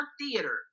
theater